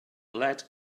lead